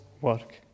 work